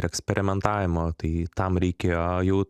eksperimentavimo tai tam reikėjo jau